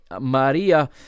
Maria